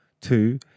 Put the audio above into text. Two